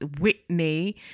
Whitney